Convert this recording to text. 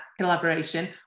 collaboration